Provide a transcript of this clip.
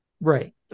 Right